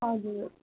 हजुर